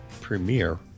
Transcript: premiere